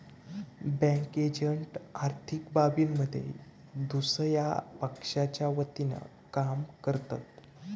bank agent आर्थिक बाबींमध्ये दुसया पक्षाच्या वतीनं काम करतत